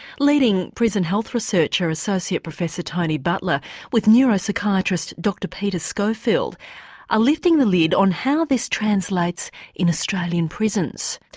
leading prison health researcher associate professor tony butler with neuropsychiatrist dr peter schofield are lifting the lid on how this translates in australian prisons.